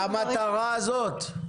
למטרה הזאת?